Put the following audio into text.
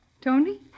Tony